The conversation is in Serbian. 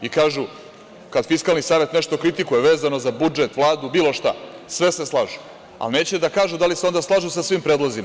I kažu, kad Fiskalni savet nešto kritikuje vezano za budžet, Vladu, bilo šta, sve se slažu, ali neće da kažu da li se onda slažu sa svim predlozima.